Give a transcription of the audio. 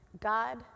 God